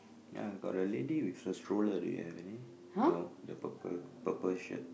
ya got a lady with her stroller do you have any no the purple purple shirt